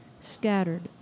scattered